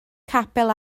capel